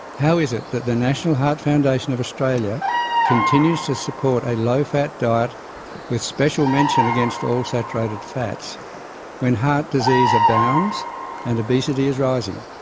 how is it that the national heart foundation of australia continues to support a low fat diet with special mention against all saturated fats when heart disease abounds and obesity is rising?